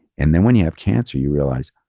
and then when you have cancer, you realize,